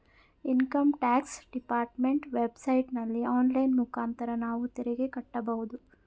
income tax department web ಸೈಟಲ್ಲಿ online ಮುಖಾಂತರ ನಾವು ತೆರಿಗೆ ಕಟ್ಟಬೋದು